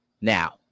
now